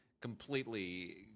completely